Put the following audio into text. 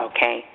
Okay